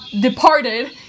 departed